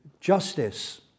justice